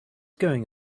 going